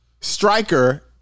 striker